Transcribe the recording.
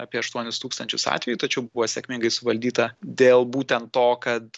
apie aštuonis tūkstančius atvejų tačiau buvo sėkmingai suvaldyta dėl būtent to kad